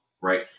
right